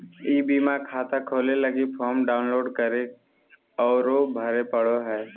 ई बीमा खाता खोलय लगी फॉर्म डाउनलोड करे औरो भरे पड़ो हइ